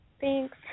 Thanks